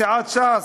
מסיעת ש"ס,